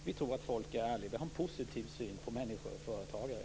Vi tror att företagare är ärliga, och vi har en positiv syn på företagare.